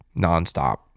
nonstop